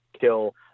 kill